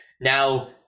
now